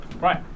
Right